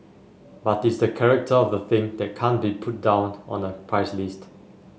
but it's the character of the thing that can't be put down on a price list